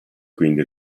quindi